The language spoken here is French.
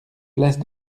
place